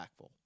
impactful